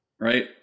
right